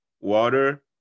water